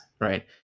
right